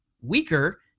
weaker